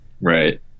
Right